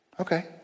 Okay